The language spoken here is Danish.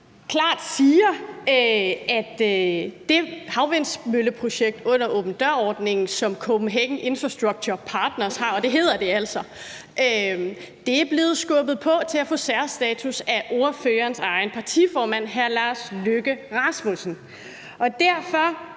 klart siger, at det havvindmølleprojekt under åben dør-ordningen, som Copenhagen Infrastructure Partners har – og det hedder det altså – er blevet skubbet på til at få særstatus af ordførerens egen partiformand, hr. Lars Løkke Rasmussen. Derfor